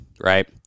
right